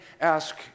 ask